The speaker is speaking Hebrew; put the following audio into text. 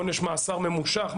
עונש מאסר ממושך?